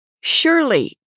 Surely